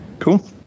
Cool